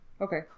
Okay